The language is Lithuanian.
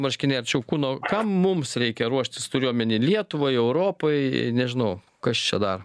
marškiniai arčiau kūno kam mums reikia ruoštis turiu omeny lietuvai europai nežinau kas čia dar